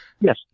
Yes